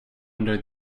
under